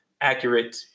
accurate